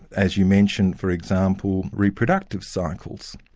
as you mentioned, for example, reproductive cycles.